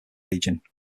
region